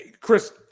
Chris